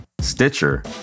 Stitcher